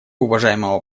уважаемого